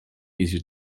easier